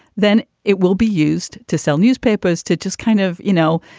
then it will be used to sell newspapers to just kind of, you know,